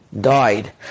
died